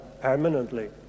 permanently